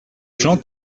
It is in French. jean